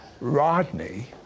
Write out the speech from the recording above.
Rodney